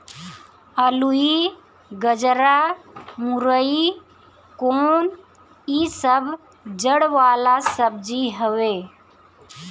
अलुई, गजरा, मूरइ कोन इ सब जड़ वाला सब्जी हवे